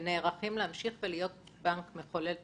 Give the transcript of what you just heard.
אנחנו נערכים להמשיך ולהיות בנק מחולל תחרות,